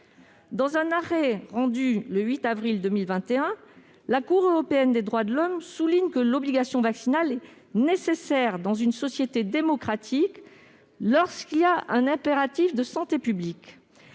Dans un arrêt rendu le 8 avril 2021, la Cour européenne des droits de l'homme souligne que l'obligation vaccinale est « nécessaire dans une société démocratique », lorsqu'il y a un impératif de santé publique.